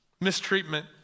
mistreatment